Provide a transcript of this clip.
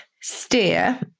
steer